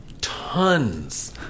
tons